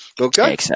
Okay